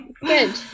Good